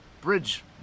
bridge